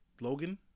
Logan